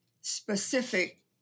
specific